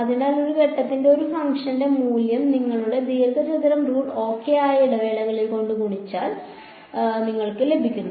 അതിനാൽ ഒരു ഘട്ടത്തിൽ ഒരു ഫംഗ്ഷന്റെ മൂല്യം നിങ്ങളുടെ ദീർഘചതുരം റൂൾ ഓകെ ആയ ഇടവേള കൊണ്ട് ഗുണിച്ചാൽ നിങ്ങൾക്ക് ലഭിച്ചു